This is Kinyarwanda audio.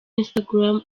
instagram